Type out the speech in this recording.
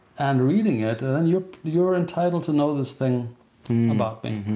and reading it, then you're you're entitled to know this thing about me.